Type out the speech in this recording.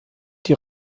die